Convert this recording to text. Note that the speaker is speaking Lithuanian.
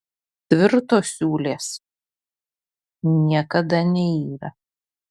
tvirtos siūlės niekada neyra